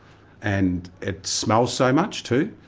and it smells so much too,